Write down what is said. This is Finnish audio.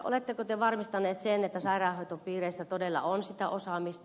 oletteko te varmistanut sen että sairaanhoitopiireissä todella on sitä osaamista